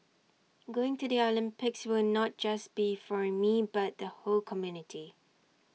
going to the Olympics will not just be for me but the whole community